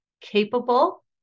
capable